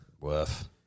Woof